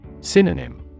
Synonym